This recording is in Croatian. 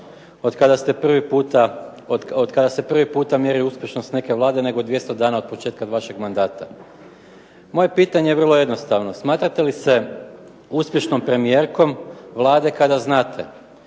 od kada ste prvi puta mjeri uspješnost neke Vlade nego 200 dana od početka vašeg mandata. Moje pitanje je vrlo jednostavno. Smatrate li se uspješnom premijerkom Vlade kada znate